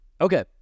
Okay